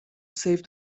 save